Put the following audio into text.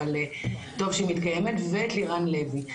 אבל טוב שהיא מתקיימת ואת לירן לוי.